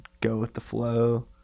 go-with-the-flow